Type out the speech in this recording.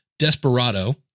desperado